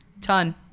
Ton